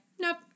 nope